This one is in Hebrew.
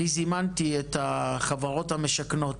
אני זימנתי את החברות המשכנות,